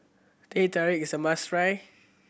Teh Tarik is a must try